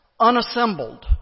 unassembled